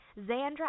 Zandra